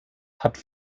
hat